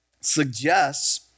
suggests